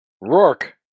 rourke